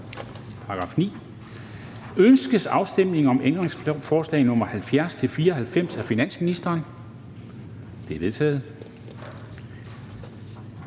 vedtaget. Ønskes afstemning om ændringsforslag nr. 561-565 af finansministeren? De er vedtaget.